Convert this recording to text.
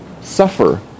suffer